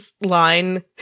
line